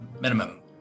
minimum